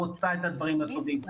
רוצה את הדברים הטובים.